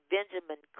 Benjamin